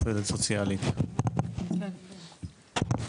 עובדת סוציאלית, בבקשה.